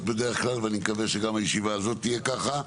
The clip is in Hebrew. בדרך כלל ואני מקווה שגם הישיבה הזאת תהיה כך.